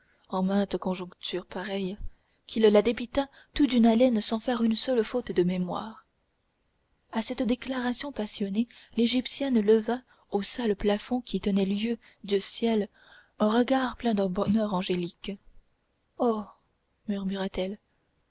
en mainte conjoncture pareille qu'il la débita tout d'une haleine sans faire une seule faute de mémoire à cette déclaration passionnée l'égyptienne leva au sale plafond qui tenait lieu de ciel un regard plein d'un bonheur angélique oh